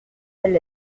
elle